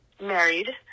married